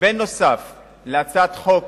נוסף על הצעת החוק